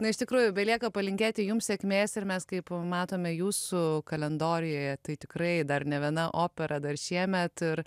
na iš tikrųjų belieka palinkėti jums sėkmės ir mes kaip matome jūsų kalendoriuje tai tikrai dar nė viena opera dar šiemet ir